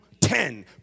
ten